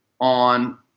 on